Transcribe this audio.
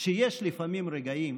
שיש לפעמים רגעים